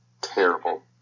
terrible